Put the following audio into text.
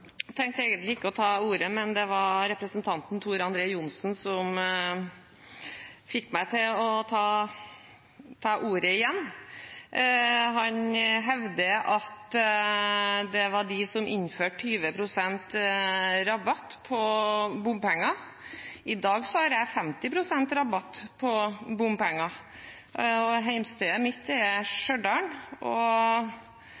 tenkte egentlig ikke å ta ordet, men representanten Tor André Johnsen fikk meg til å ta ordet igjen. Han hevder at det var de som innførte 20 pst. rabatt på bompenger. I dag har jeg 50 pst. rabatt på bompenger, og hjemstedet mitt er